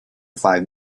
five